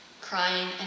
crying